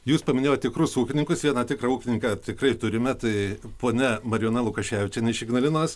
jūs paminėjot tikrus ūkininkus vieną tikrą ūkininką tikrai turime tai ponia marijona lukaševičienė jinai iš ignalinos